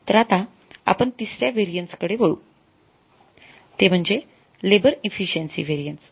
तर आता आपण तिसऱ्या व्हेरिएन्स कडे वाळू ते म्हणजे लेबर इफिसिएन्सी व्हेरिएन्स